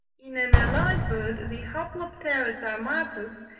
in an allied bird, the hoplopterus armatus,